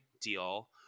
deal